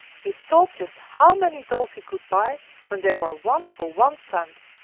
he thought just how many dolls he could buy when they were one for one cent!